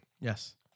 Yes